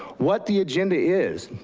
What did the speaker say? what the agenda is,